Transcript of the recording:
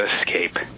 escape